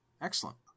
Excellent